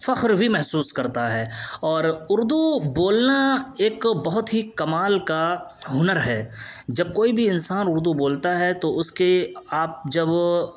فخر بھی محسوس کرتا ہے اور اردو بولنا ایک بہت ہی کمال کا ہنر ہے جب کوئی بھی انسان اردو بولتا ہے تو اس کے آپ جب